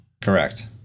Correct